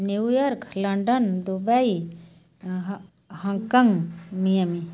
New York London Dubai Hong Kong Miami